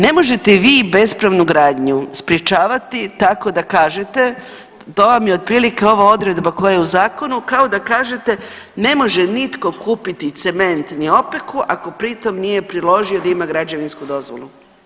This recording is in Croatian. Ne možete vi bespravnu gradnju sprječavati tako da kažete to vam je otprilike ova odredba koja je u zakonu kao da kažete ne može nitko kupiti cement ni opeku ako pri tome nije priložio da ima građevinsku dozvolu.